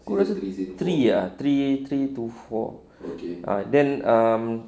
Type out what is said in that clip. aku rasa three ah three three to four ah then um